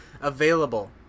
available